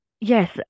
Yes